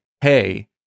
hey